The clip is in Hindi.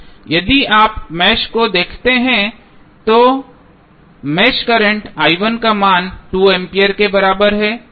यदि आप मेष को देखते हैं तो मेष करंट का मान 2 एम्पीयर के बराबर है